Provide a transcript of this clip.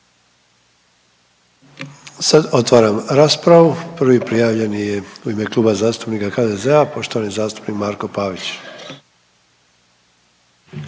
Sad otvaram raspravu. Prvi prijavljeni je u ime Kluba zastupnika HDZ-a, poštovani zastupnik Marko Pavić.